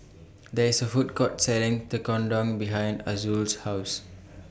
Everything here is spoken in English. There IS A Food Court Selling Tekkadon behind Azul's House